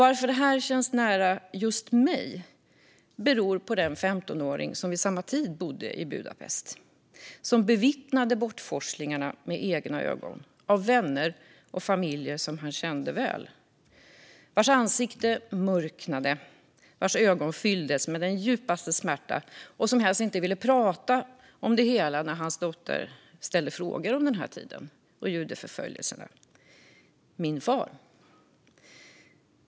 Att det här känns nära just mig beror på den 15-åring som vid samma tid bodde i Budapest och med egna ögon bevittnade bortforslingarna av vänner och familjer som han kände väl. Han vars ansikte mörknade, vars ögon fylldes av den djupaste smärta och som helst inte ville prata om det hela när hans dotter ställde frågor om den här tiden och judeförföljelserna. Min far.